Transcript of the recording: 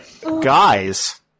Guys